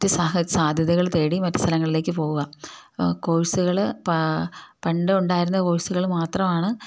മറ്റ് സാധ്യതകൾ തേടി മറ്റ് സ്ഥലങ്ങളിലേക്ക് പോവുക അപ്പോള് കോഴ്സുകള് പണ്ടുണ്ടായിരുന്ന കോഴ്സുകള് മാത്രമാണ്